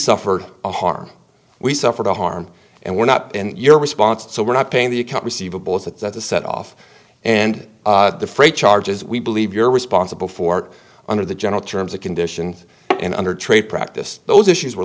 suffered a harm we suffered a harm and we're not in your response so we're not paying the account receivables that that's a set off and the freight charges we believe you're responsible for under the general terms and conditions and under trade practice those issues were